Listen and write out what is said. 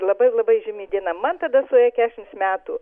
labai labai žymi diena man tada suėjo kešims metų